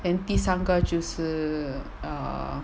and 第三个就是 err